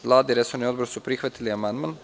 Vlada i resorni odbor su prihvatili amandman.